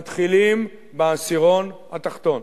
מתחילים בעשירון התחתון.